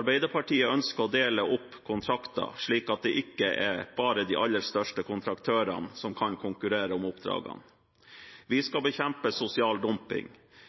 Arbeiderpartiet ønsker å dele opp kontrakter, slik at det ikke bare er de aller største kontraktørene som kan konkurrere om oppdragene. Vi skal bekjempe sosial dumping.